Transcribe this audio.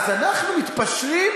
אז אנחנו מתפשרים,